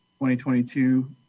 2022